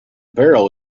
barrel